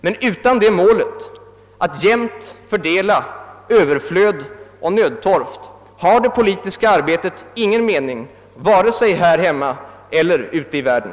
Men utan det målet, att jämnt fördela överflöd och nödtorft, har det politiska arbetet ingen mening, vare sig här hemma eller ute i världen.